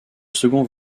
second